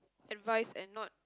advise and not